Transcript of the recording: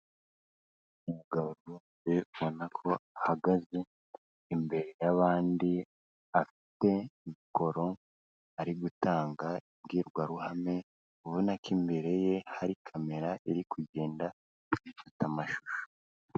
Umugabo ubona ko ahagaze imbere y'abandi, afite mikoro, ari gutanga imbwiruhame, ubona ko imbere ye hari kamera iri kugenda ifata amashusho.